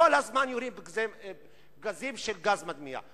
כל הזמן יורים פגזים של גז מדמיע.